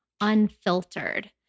unfiltered